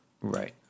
Right